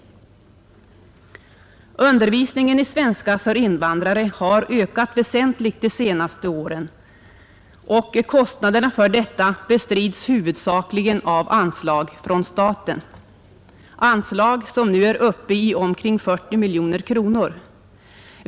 Undervisningen i svenska för invandrare har ökat väsentligt de senaste åren, och kostnaderna bestrids huvudsakligen av anslag från staten, anslag som nu är uppe i omkring 40 miljoner kronor.